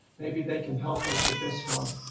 maybe they can help us with this one.